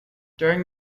during